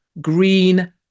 Green